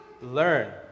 learn